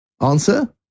Answer